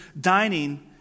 dining